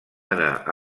anar